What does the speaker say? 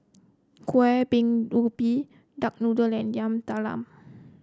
Kueh Bingka Ubi Duck Noodle and Yam Talam